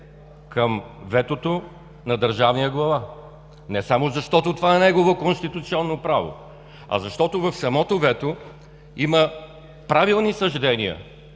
към ветото на държавния глава не само защото това е негово конституционно право, а защото в самото вето има правилни съждения